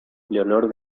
leonor